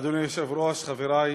אדוני היושב-ראש, חברי